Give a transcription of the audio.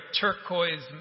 turquoise